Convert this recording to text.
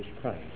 Christ